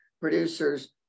producers